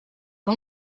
que